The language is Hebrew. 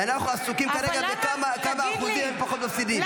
ואנחנו עסוקים כרגע בכמה אחוזים הם פחות מפסידים.